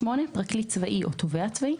(8)פרקליט צבאי או תובע צבאי.